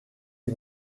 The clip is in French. est